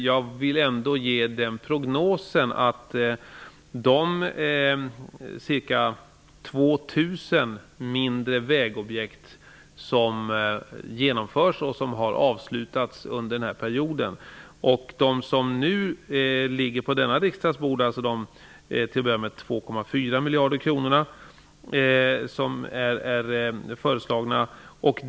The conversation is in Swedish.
Jag kan ändå säga, att under den här perioden genomförs och avslutas 2 000 vägobjekt, och på riksdagens bord ligger nu förslag om 2,4 miljarder kronor till att börja med.